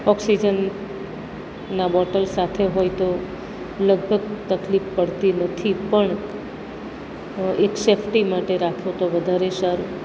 ઓક્સિજનના બોટલ સાથે હોય તો લગભગ તકલીફ પડતી નથી પણ એક શેફટી માટે રાખો તો વધારે સારું